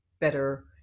better